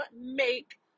make